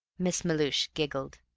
miss melhuish giggled.